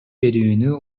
берүүнү